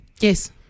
Yes